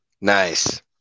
Nice